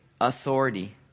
authority